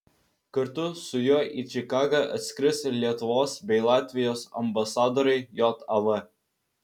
kartu su juo į čikagą atskris ir lietuvos bei latvijos ambasadoriai jav